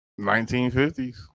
1950s